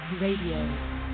Radio